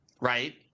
right